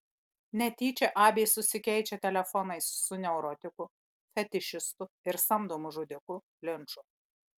netyčia abė susikeičia telefonais su neurotiku fetišistu ir samdomu žudiku linču